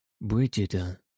Brigida